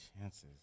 chances